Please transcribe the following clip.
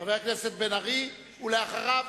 חבר הכנסת בן-ארי, ואחריו,